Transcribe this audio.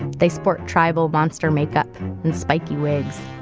they sport tribal monster makeup and spiky wigs.